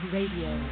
Radio